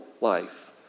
life